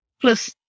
Plus